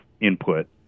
input